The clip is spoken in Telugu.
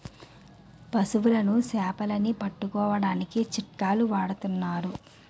పశువులని సేపలని పట్టుకోడానికి చిక్కాలు వాడతన్నారు